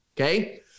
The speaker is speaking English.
okay